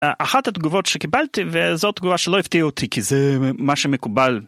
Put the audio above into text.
אחת התגובות שקיבלתי וזו תגובה שלא הפתיע אותי כי זה מה שמקובל.